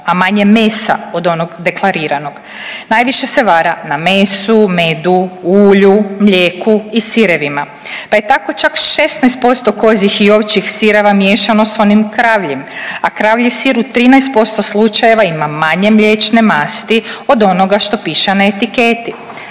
a manje mesa od onog deklariranog. Najviše se vara na mesu, medu, ulju, mlijeku i sirevima, pa je tako čak 16% kozjih i ovčjih sireva miješano s onim kravljim, a kravlji sir u 13% slučajeva ima manje mliječne masti od onoga što piše na etiketi.